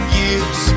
years